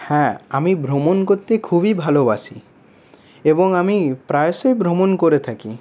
হ্যাঁ আমি ভ্রমণ করতে খুবই ভালোবাসি এবং আমি প্রায়শই ভ্রমণ করে থাকি